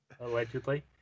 Allegedly